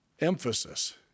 emphasis